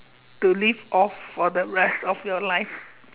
to live off for the rest of your life